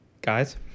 guys